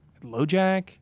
Lojack